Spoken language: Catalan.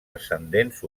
ascendents